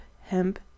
hemp